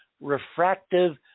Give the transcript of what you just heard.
refractive